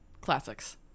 classics